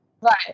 Right